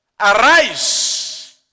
arise